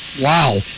wow